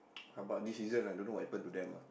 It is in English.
!huh! but this season don't know what happen to them ah